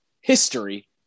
history